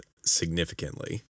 significantly